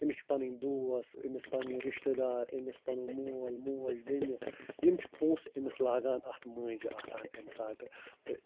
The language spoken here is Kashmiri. أمِس چھِ پَنٕنۍ دۄس أمِس پَنٕنۍ رِشتہٕ دار أمِس پَنُن مول موج بیٚنہِ یِم چھِ پونٛسہٕ أمِس لاگان اَتھ مٲنٛزِ آسان اَمہِ ساتہٕ تہٕ